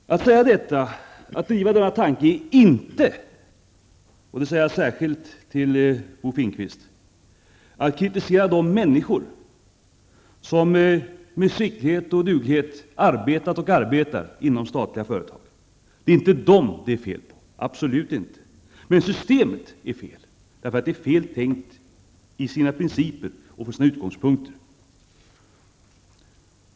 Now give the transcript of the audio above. Att driva denna tanke är inte, det säger jag särskilt till Bo Finnkvist, att kritisera de människor som med skicklighet och duglighet arbetat och arbetar inom statliga företag. Det är inte dem det är fel på, absolut inte. Men systemet är fel. Det är fel tänkt när de gäller principerna och utgångspunkterna.